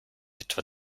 etwa